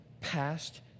past